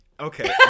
Okay